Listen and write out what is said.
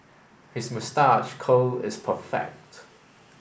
his moustache curl is perfect